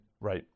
Right